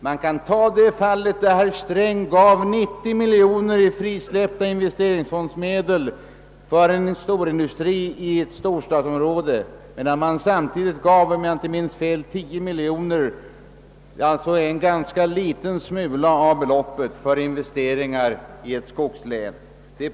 Herr Sträng gav 90 miljoner av frisläppta investeringsfondsmedel till en storindustri i ett storstadsområde, och samtidigt gav han, om jag inte minns fel, 10 miljoner, alltså en ganska liten smula, för investeringar i ett skogslän.